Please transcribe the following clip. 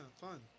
fun